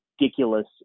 ridiculous